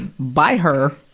and by her,